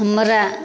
हमरा